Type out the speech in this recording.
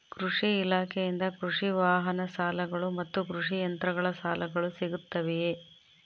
ಕೃಷಿ ಇಲಾಖೆಯಿಂದ ಕೃಷಿ ವಾಹನ ಸಾಲಗಳು ಮತ್ತು ಕೃಷಿ ಯಂತ್ರಗಳ ಸಾಲಗಳು ಸಿಗುತ್ತವೆಯೆ?